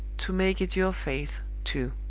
to make it your faith, too.